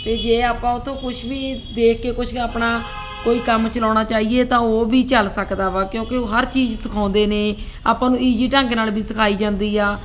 ਅਤੇ ਜੇ ਆਪਾਂ ਉੱਥੋਂ ਕੁਛ ਵੀ ਦੇਖ ਕੇ ਕੁਛ ਆਪਣਾ ਕੋਈ ਕੰਮ ਚਲਾਉਣਾ ਚਾਹੀਏ ਤਾਂ ਉਹ ਵੀ ਚੱਲ ਸਕਦਾ ਵਾ ਕਿਉਂਕਿ ਉਹ ਹਰ ਚੀਜ਼ ਸਿਖਾਉਂਦੇ ਨੇ ਆਪਾਂ ਨੂੰ ਈਜੀ ਢੰਗ ਨਾਲ ਵੀ ਸਿਖਾਈ ਜਾਂਦੀ ਆ